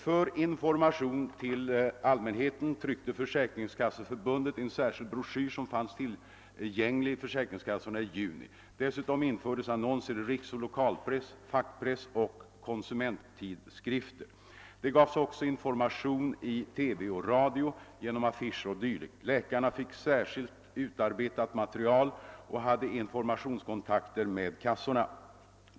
För information till allmänheten tryckte försäkringskasseförbundet en särskild broschyr, som fanns tillgänglig i försäkringskassorna i juni. Dessutom infördes annonser i riksoch lokalpress, fackpress och konsumenttidskrifter. Det gavs också information i TV och radio, genom affischer o. d. Läkarna fick särskilt utarbetat material och hade informationskontakter med kassorna.